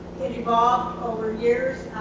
it evolved over years